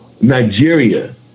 Nigeria